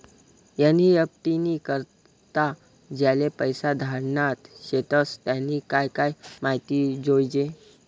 NEFT नी करता ज्याले पैसा धाडना शेतस त्यानी काय काय माहिती जोयजे